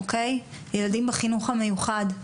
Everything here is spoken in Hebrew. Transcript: אוקי, ילדים בחינוך המיוחד,